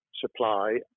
supply